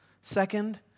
Second